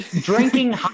drinking